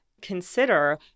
consider